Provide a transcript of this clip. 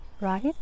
right